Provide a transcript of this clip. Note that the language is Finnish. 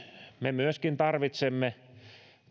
me myöskin tarvitsemme